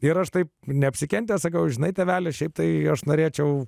ir aš taip neapsikentęs sakau žinai tėveli šiaip tai aš norėčiau